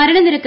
മരണനിരക്ക്